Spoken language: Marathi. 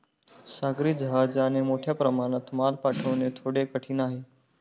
सागरी जहाजाने मोठ्या प्रमाणात माल पाठवणे थोडे कठीण आहे